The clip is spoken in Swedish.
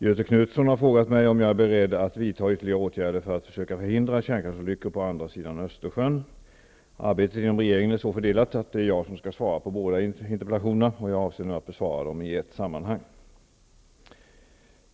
Göthe Knutson har frågat mig om jag är beredd att vidta ytterligare åtgärder för att försöka förhindra kärnkraftsolyckor på andra sidan Arbetet inom regeringen är så fördelat att det är jag som skall svara på båda interpellationerna. Jag avser nu att besvara dem i ett sammanhang.